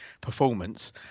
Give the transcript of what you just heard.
performance